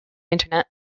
internet